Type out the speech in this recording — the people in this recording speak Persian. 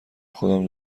خودم